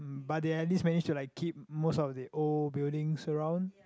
but they at least manage to like keep most of the old buildings around